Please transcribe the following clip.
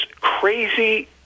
crazy